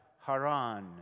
Haran